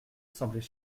semblait